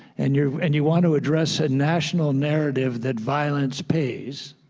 and you and you want to address a national narrative that violence pays,